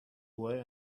away